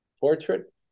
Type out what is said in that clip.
portrait